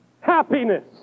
happiness